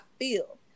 feel